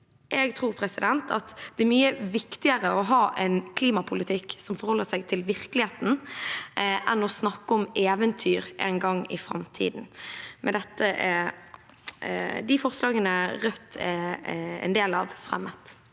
Jeg tror det er mye viktigere å ha en klimapolitikk som forholder seg til virkeligheten, enn å snakke om eventyr en gang i framtiden. Med dette er de forslagene Rødt er med på, fremmet.